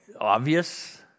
obvious